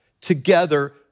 together